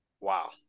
Wow